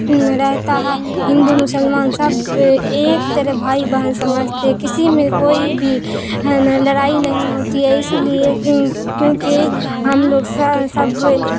رہتا ہے ہندو مسلمان سب ایک طرح بھائی بہن سمجھتے ہیں کسی میں کوئی بھی لڑائی نہیں ہوتی ہے اس لیے کیونکہ ہم لوگ سب